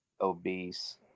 obese